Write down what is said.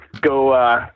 Go